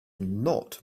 not